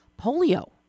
polio